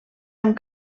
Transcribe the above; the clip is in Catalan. amb